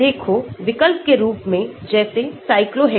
देखो विकल्प के रूप में जैसे cyclohexanes